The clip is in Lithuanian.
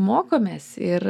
mokomės ir